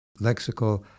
lexical